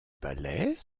palais